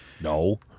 No